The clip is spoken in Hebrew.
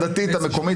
המקומי,